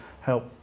help